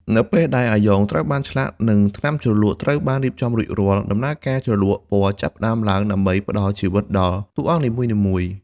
នៅពេលដែលអាយ៉ងត្រូវបានឆ្លាក់និងថ្នាំជ្រលក់ត្រូវបានរៀបចំរួចរាល់ ដំណើរការជ្រលក់ពណ៌ចាប់ផ្តើមឡើងដើម្បីផ្តល់ជីវិតដល់តួអង្គនីមួយៗ។